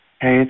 Hey